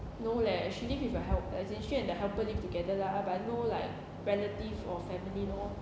no leh she live with her help as in she and the helper live together lah but no like relative or family lor